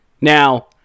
Now